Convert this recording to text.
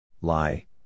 Lie